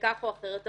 כך או אחרת.